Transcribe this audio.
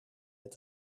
met